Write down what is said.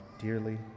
dearly